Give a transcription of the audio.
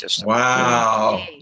Wow